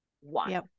one